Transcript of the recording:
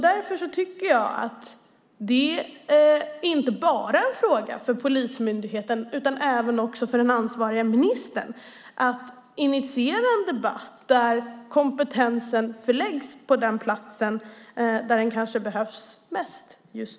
Därför är det inte bara en fråga för polismyndigheten utan även för den ansvariga ministern att initiera en debatt där kompetensen förläggs på den plats där den kanske behövs mest.